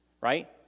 right